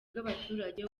bw’abaturage